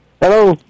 hello